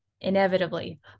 inevitably